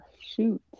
shoot